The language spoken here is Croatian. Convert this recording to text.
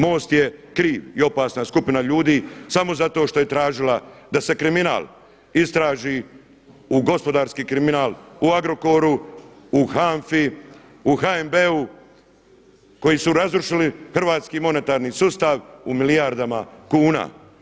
MOST je kriv i opasna skupina ljudi samo zato što je tražila da se kriminal istraži, gospodarski kriminal u Agrokoru, u HANFA-i, u HNB-u koji su razrušili hrvatski monetarni sustav u milijardama kuna.